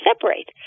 separate